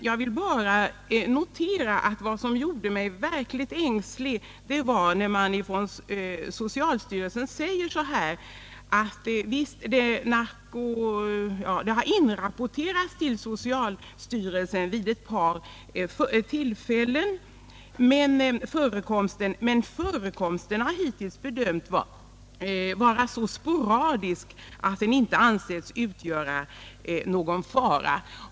Jag vill dock notera att det gjorde mig verkligt ängslig när det från socialstyrelsens sida anfördes att förekomsten av detta gift inrapporterats till socialstyrelsen vid ett par tillfällen, men att förekomsten hittills har bedömts vara så sporadisk att den inte ansetts utgöra någon fara.